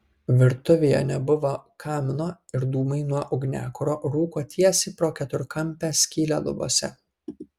virtuvėje nebuvo kamino ir dūmai nuo ugniakuro rūko tiesiai pro keturkampę skylę lubose